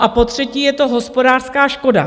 A potřetí je to hospodářská škoda.